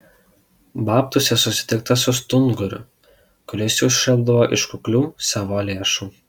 babtuose susitikta su stunguriu kuris juos šelpdavo iš kuklių savo lėšų